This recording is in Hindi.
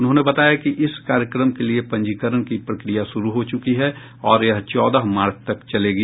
उन्होंने बताया कि इस कार्यक्रम के लिए पंजीकरण की प्रक्रिया शुरू हो चुकी है और यह चौदह मार्च तक चलेगी